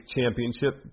Championship